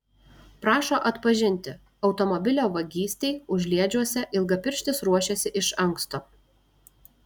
prašo atpažinti automobilio vagystei užliedžiuose ilgapirštis ruošėsi iš anksto